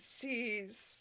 sees